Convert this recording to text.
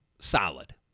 solid